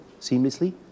seamlessly